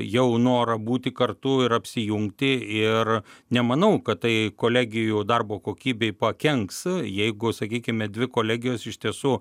jau norą būti kartu ir apsijungti ir nemanau kad tai kolegijų darbo kokybei pakenks jeigu sakykime dvi kolegijos iš tiesų